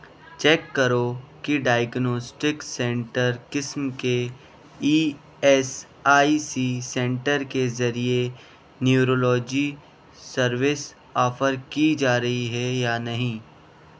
check کرو کہ diagnostic centre قسم کے E S I C centre کے ذریعے نیورولوجی سروس آفر کی جا رہی ہے یا نہیں